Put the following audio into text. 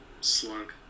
slug